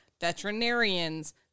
veterinarians